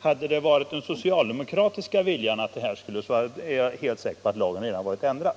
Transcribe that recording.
Hade det varit den socialdemokratiska viljan att detta skulle genomföras, så är jag säker på att lagen redan varit ändrad.